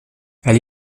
elle